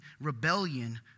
rebellion